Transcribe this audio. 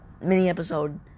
mini-episode